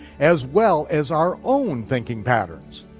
as well as our own thinking patterns.